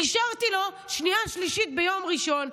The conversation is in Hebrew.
אישרתי לו שנייה ושלישית ביום ראשון.